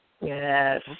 Yes